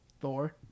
Thor